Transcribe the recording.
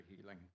healing